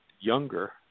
younger